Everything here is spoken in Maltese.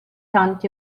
tant